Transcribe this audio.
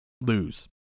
lose